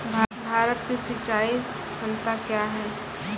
भारत की सिंचाई क्षमता क्या हैं?